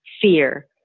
fear